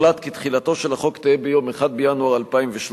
הוחלט כי תחילתו של החוק תהא ביום 1 בינואר 2013,